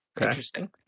interesting